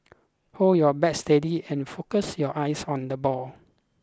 hold your bat steady and focus your eyes on the ball